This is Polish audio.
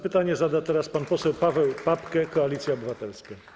Pytanie zada teraz pan poseł Paweł Papke, Koalicja Obywatelska.